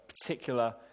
particular